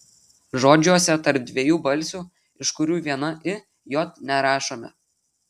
žodžiuose tarp dviejų balsių iš kurių viena i j nerašome